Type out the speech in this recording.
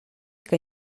que